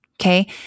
okay